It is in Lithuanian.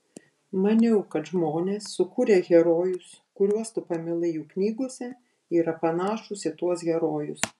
maniau kad žmonės sukūrę herojus kuriuos tu pamilai jų knygose yra panašūs į tuos herojus